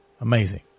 Amazing